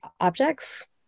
objects